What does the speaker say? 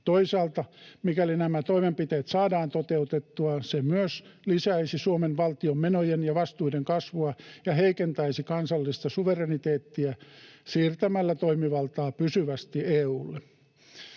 Toisaalta, mikäli nämä toimenpiteet saadaan toteutettua, se myös lisäisi Suomen valtion menojen ja vastuiden kasvua ja heikentäisi kansallista suvereniteettia siirtämällä toimivaltaa pysyvästi EU:lle.